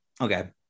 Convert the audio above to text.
okay